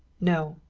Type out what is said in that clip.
no.